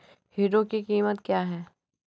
Hero की कीमत क्या है?